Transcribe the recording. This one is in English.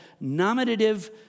nominative